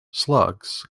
slugs